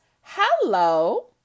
hello